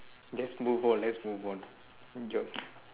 let's move on let's move on